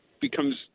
becomes